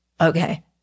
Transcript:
Okay